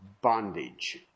bondage